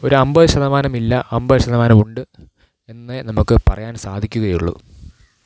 ഒരൻപത് ശതമാനമില്ല അൻപത് ശതമാനമുണ്ട് എന്നേ നമുക്കു പറയാന് സാധിക്കുകയുള്ളു